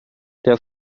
der